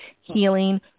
healing